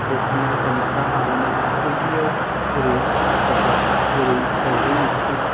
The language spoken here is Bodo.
दख'ना गामसा आरनाय बेफोरबायदियाव जेरै आखा फाखा जेरै दावराय मोख्रेब